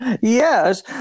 yes